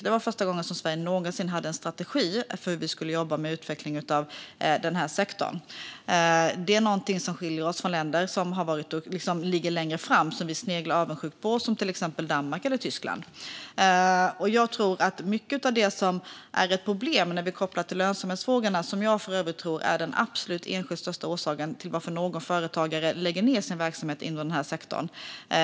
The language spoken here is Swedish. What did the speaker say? Det var första gången någonsin som Sverige fick en strategi för hur vi skulle jobba med utvecklingen av den här sektorn, och det är någonting som skiljer oss från länder som ligger längre fram och som vi sneglar avundsjukt på, till exempel Danmark eller Tyskland. Mycket av det som är ett problem är kopplat till lönsamhetsfrågorna, som jag för övrigt tror är den absolut enskilt viktigaste orsaken till varför någon företagare lägger ned sin verksamhet inom den här sektorn.